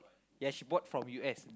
ya she bought from U_S